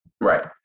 Right